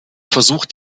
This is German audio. versucht